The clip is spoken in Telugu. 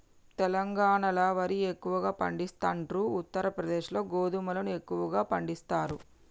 తెలంగాణాల వరి ఎక్కువ పండిస్తాండ్రు, ఉత్తర ప్రదేశ్ లో గోధుమలను ఎక్కువ పండిస్తారు